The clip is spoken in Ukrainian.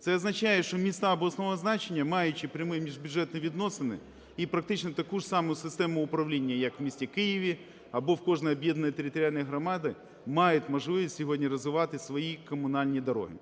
Це означає, що міста обласного значення, маючи прямі міжбюджетні відносини і практично таку ж саму систему управління, як в місті Києві або в кожній об'єднаній територіальній громаді, мають можливість сьогодні розвивати свої комунальні дороги.